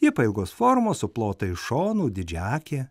ji pailgos formos suplota iš šonų didžiaakė